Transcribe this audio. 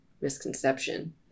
misconception